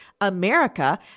America